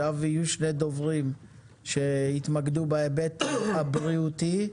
נשמע עכשיו שני דוברים שיתמקדו בהיבט הבריאותי,